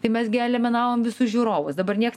tai mes gi eliminavom visus žiūrovus dabar nieks